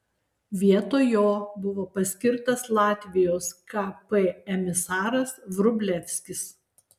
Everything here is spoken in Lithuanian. vietoj jo buvo paskirtas latvijos kp emisaras vrublevskis